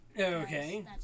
Okay